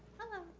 hello.